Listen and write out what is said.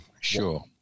Sure